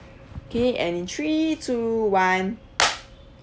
K and three two one